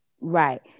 Right